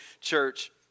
church